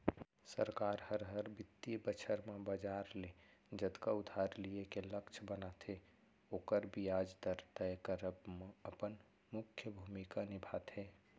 सरकार हर, हर बित्तीय बछर म बजार ले जतका उधार लिये के लक्छ बनाथे ओकर बियाज दर तय करब म अपन मुख्य भूमिका निभाथे